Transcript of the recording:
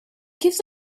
gives